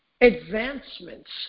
advancements